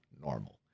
normal